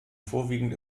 vorwiegend